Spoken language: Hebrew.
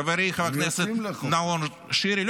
חברי חבר הכנסת נאור שירי,